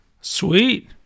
Sweet